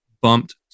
bumped